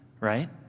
right